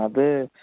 അത്